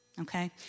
Okay